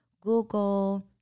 Google